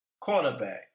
quarterback